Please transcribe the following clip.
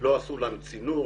לא עשו להם צינור,